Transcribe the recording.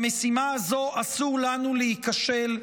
במשימה הזו אסור לנו להיכשל.